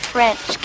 French